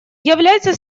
является